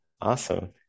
Awesome